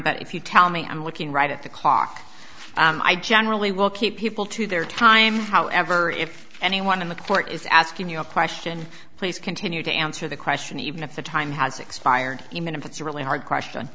if you tell me i'm looking right at the clock i generally will keep people to their time however if anyone in the court is asking you a question please continue to answer the question even if the time has expired even if it's a really hard question